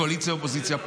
קואליציה ואופוזיציה.